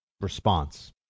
response